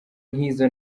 nk’izo